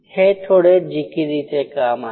हे थोडे जिकिरीचे काम आहे